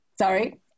Sorry